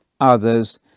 others